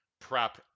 prep